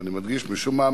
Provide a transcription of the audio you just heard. ואני מדגיש: משום מה,